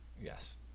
Yes